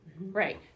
Right